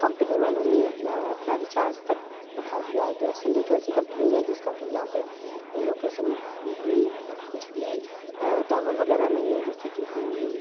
company वालों ने अपना अपना रिचार्ज़ तक बढ़ा दिया है बी एस एन एल एक ऐसी कम्पनी है जिसका कि यहाँ पे लोकेशन भी कुछ भी टॉवर वग़ैरह नहीं है जिससे कि हम